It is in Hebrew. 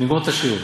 נגמור את השיעור.